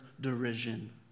derision